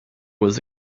was